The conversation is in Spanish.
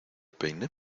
peine